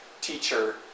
Teacher